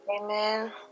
amen